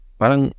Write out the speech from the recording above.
parang